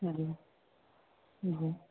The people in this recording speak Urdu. جی جی